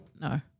no